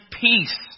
peace